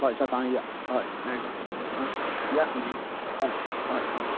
हय सकाळी या हय मेळटा हां या तुमी हय हय हय